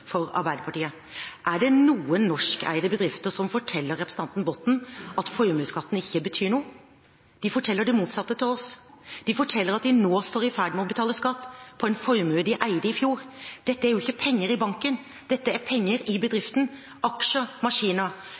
for Arbeiderpartiet. Er det noen norskeide bedrifter som forteller representanten Botten at formuesskatten ikke betyr noe? De forteller det motsatte til oss. De forteller at de nå er i ferd med å betale skatt på en formue de eide i fjor. Dette er jo ikke penger i banken – dette er penger i aksjer, maskiner,